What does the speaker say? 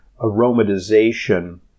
aromatization